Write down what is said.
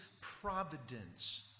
providence